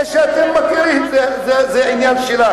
זה שאתם מכירים, זה עניין שלך.